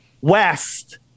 west